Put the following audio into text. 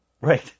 Right